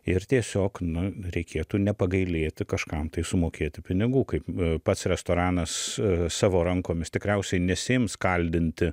ir tiesiog nu reikėtų nepagailėti kažkam tai sumokėti pinigų kaip pats restoranas savo rankomis tikriausiai nesiims kaldinti